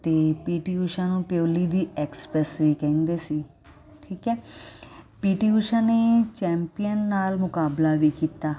ਅਤੇ ਪੀਟੀ ਊਸ਼ਾ ਨੂੰ ਪਿਓਲੀ ਦੀ ਐਕਸਪ੍ਰੈਸ ਵੀ ਕਹਿੰਦੇ ਸੀ ਠੀਕ ਹੈ ਪੀਟੀ ਊਸ਼ਾ ਨੇ ਚੈਂਪੀਅਨ ਨਾਲ ਮੁਕਾਬਲਾ ਵੀ ਕੀਤਾ